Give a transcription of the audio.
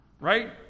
Right